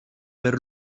per